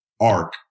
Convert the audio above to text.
arc